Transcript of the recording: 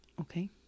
Okay